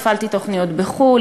הפעלתי תוכניות בחו"ל,